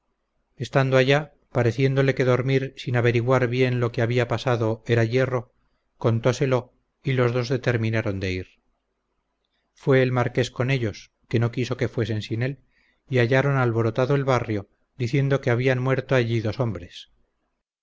estando allá pareciéndole que dormir sin averiguar bien lo que había pasado era yerro contóselo y los dos determinaron de ir fue el marqués con ellos que no quiso que fuesen sin él y hallaron alborotado el barrio diciendo que habían muerto allí dos hombres